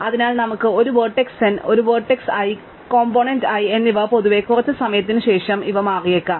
അതിനാൽ നമുക്ക് ഒരു വെർട്ടിസ്സ് n ഒരു വെർട്ടിസ്സ് I കോംപോണേന്റ് I എന്നിവ പൊതുവേ കുറച്ച് സമയത്തിന് ശേഷം ഇവ മാറിയേക്കാം